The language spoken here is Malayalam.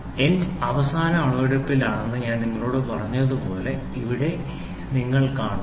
ഏൻഡ് അവസാന അളവെടുപ്പാണെന്ന് ഞാൻ നിങ്ങളോട് പറഞ്ഞതുപോലെ ഇവിടെ നിങ്ങൾ കാണുന്നു